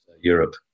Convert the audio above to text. Europe